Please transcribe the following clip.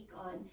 on